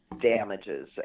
damages